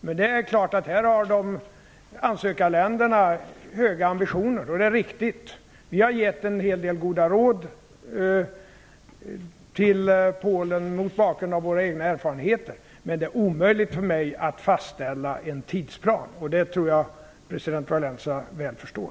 Men det är klart att ansökarländerna har höga ambitioner, vilket är riktigt. Vi har gett en del goda råd till Polen mot bakgrund av våra egna erfarenheter. Men det är omöjligt för mig att fastställa en tidsplan, och det tror jag att president Walesa väl förstår.